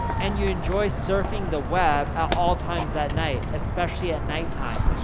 and you enjoy surfing the web at all times at night, especially at nighttime.